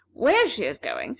where she is going,